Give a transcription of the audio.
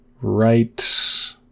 Right